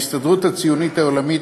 ההסתדרות הציונית העולמית,